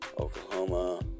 Oklahoma